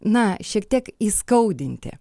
na šiek tiek įskaudinti